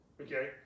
Okay